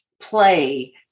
play